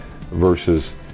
versus